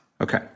Okay